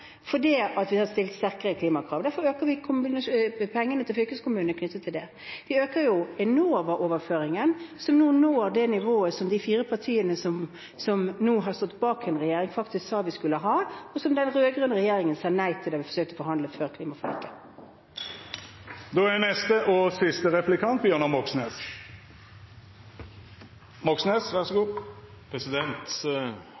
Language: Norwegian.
fordi vi har stilt sterkere klimakrav. Derfor øker vi pengene til fylkeskommunene knyttet til det. Vi øker Enova-overføringen, som nå når det nivået som de fire partiene som har stått bak regjeringen, faktisk sa vi skulle ha, men som den rød-grønne regjeringen sa nei til da vi forsøkte å forhandle før klimaforliket. Omfanget av kriminalitet i arbeidslivet er økende, og